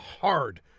hard